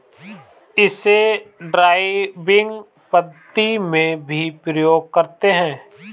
इसे ड्राइविंग पद्धति में भी प्रयोग करते हैं